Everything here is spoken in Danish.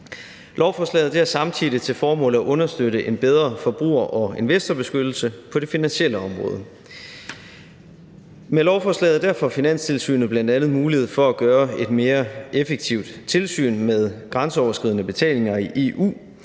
Lovforslaget har samtidig til formål at understøtte en bedre forbruger- og investorbeskyttelse på det finansielle område. Med lovforslaget får Finanstilsynet bl.a. mulighed for at gøre et mere effektivt tilsyn med grænseoverskridende betalinger i EU.